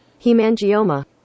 Hemangioma